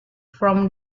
from